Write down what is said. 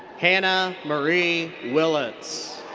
hannah marie willits.